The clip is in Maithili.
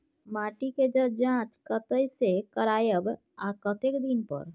माटी के ज जॉंच कतय से करायब आ कतेक दिन पर?